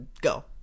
go